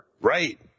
right